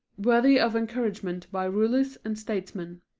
worthy of encouragement by rulers and statesmen.